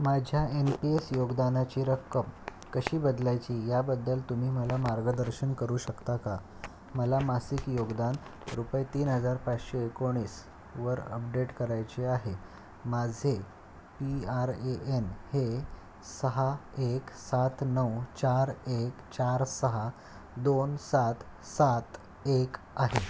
माझ्या N P S योगदानाची रक्कम कशी बदलायची याबद्दल तुम्ही मला मार्गदर्शन करू शकता का मला मासिक योगदान तीन हजार पाचशे एकोणीसवर अपडेट करायचे आहे माझे पी आर ए एन हे सहा एक सात नऊ चार एक चार सहा दोन सात सात एक आहे